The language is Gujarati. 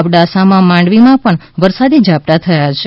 અબડાસામાં માંડવીમાં પણ વરસાદી ઝાપટાં થયા છે